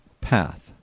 path